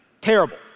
Terrible